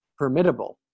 permittable